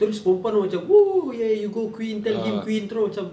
terus perempuan tu macam !woo! !yay! you go queen tell him queen terus macam